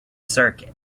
circuit